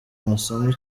amasomo